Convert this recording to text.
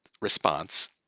response